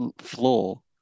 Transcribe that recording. floor